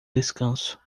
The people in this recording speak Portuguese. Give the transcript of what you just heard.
descanso